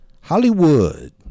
Hollywood